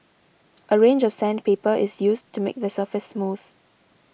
a range of sandpaper is used to make the surface smooth